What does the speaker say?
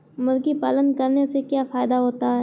मुर्गी पालन करने से क्या फायदा होता है?